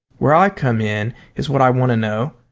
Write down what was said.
where i come in is what i want to know.